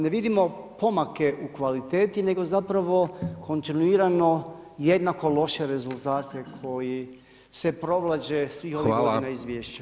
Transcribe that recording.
Ne vidimo pomake u kvaliteti nego zapravo kontinuirano jednako loše rezultate koji se provlače svih ovih godina izvješća.